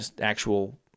actual